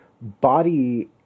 body